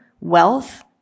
wealth